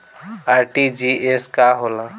RTGS का होला?